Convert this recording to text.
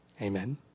Amen